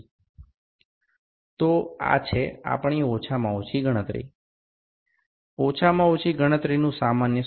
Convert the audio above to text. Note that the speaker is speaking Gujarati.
D તો આ છે આપણી ઓછામાં ઓછી ગણતરી ઓછામાં ઓછી ગણતરીનું સામાન્ય સૂત્ર